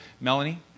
Melanie